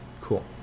Cool